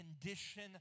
condition